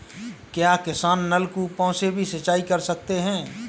क्या किसान नल कूपों से भी सिंचाई कर सकते हैं?